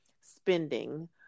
spending